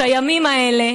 על הימים האלה,